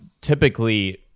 typically